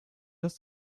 ist